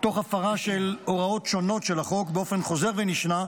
תוך הפרה של הוראות שונות של החוק באופן חוזר ונשנה,